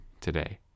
today